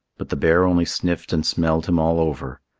but the bear only sniffed and smelled him all over.